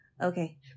Okay